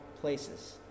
places